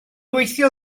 gweithio